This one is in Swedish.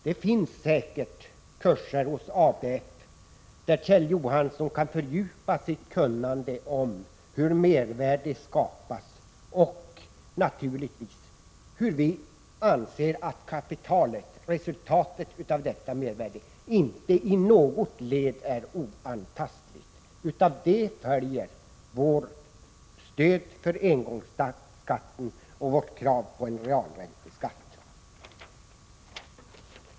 Det finns säkert kurser hos ABF där Kjell Johansson kan fördjupa sitt kunnande om hur mervärde skapas och, naturligtvis, varför vi anser att kapitalet, resultatet av detta mervärde, inte i något led är oantastligt. Av detta följer vårt stöd för engångsskatten och vårt krav på en realränteskatt.